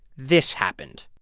this happened